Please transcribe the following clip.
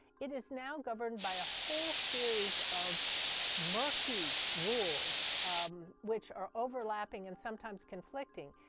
it is now governed by a whole series of murky rules um which are overlapping and sometimes conflicting,